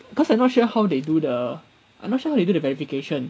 because I'm not sure how they do the I'm not sure how they did the verification